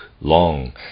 long